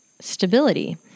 stability